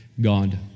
God